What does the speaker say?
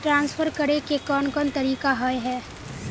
Transfer करे के कोन कोन तरीका होय है?